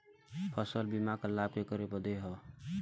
फसल बीमा क लाभ केकरे बदे ह?